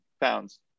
pounds